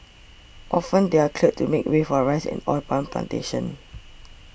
often they are cleared to make way for a Rice and Oil Palm Plantations